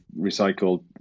recycled